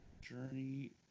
Journey